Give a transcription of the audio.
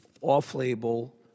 off-label